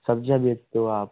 सब्ज़ियाँ बेचते हो आप